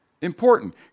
important